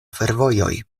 fervojoj